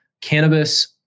Cannabis